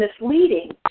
misleading